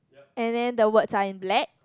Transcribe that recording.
and then the words are in black